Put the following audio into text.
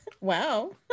Wow